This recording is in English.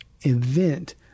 event